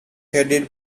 headed